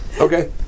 Okay